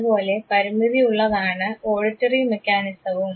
അതുപോലെ പരിമിതിയുള്ളതാണ് ഓഡിറ്ററി മെക്കാനിസവും